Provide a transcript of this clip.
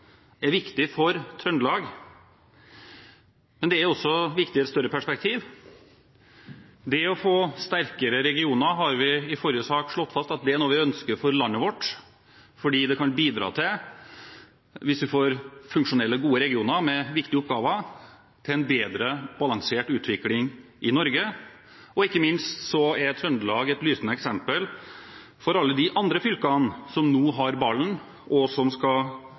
viktig for Trøndelag, men det er også viktig i et større perspektiv. Det å få sterkere regioner har vi i forrige sak slått fast er noe vi ønsker for landet vårt fordi det – hvis vi får funksjonelle og gode regioner med viktige oppgaver – kan bidra til en bedre balansert utvikling i Norge. Ikke minst er Trøndelag et lysende eksempel for alle de andre fylkene, som nå har ballen, og som skal